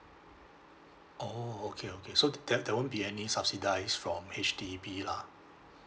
oh okay okay so th~ there there won't be any subsidise from H_D_B lah